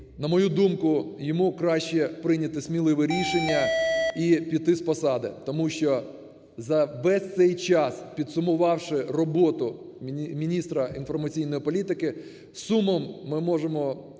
на мою думку, йому краще прийняти сміливе рішення і піти з посади, тому що за весь цей час, підсумувавши роботу міністра інформаційної політики, із сумом ми можемо